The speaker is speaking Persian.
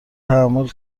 تحمل